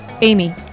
Amy